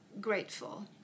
grateful